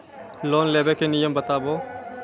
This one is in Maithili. लोन लेबे के नियम बताबू?